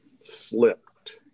Slipped